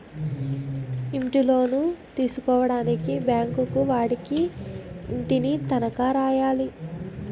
ఇంటిలోను తీసుకోవడానికి బ్యాంకు వాడికి ఇంటిని తనఖా రాయాలి